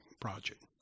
project